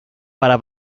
para